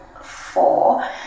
four